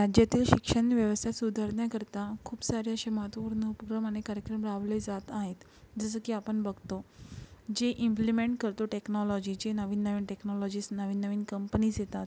जेथे शिक्षणव्यवस्था सुधारण्याकरता खूप सारे असे महत्त्वपूर्ण उपक्रम आणि कार्यक्रम राबवले जात आहेत जसं की आपण बघतो जे इम्प्लिमेंट करतो टेक्नोलॉजी जे नवीन नवीन टेक्नोलॉजीस नवीन नवीन कंपनीज येतात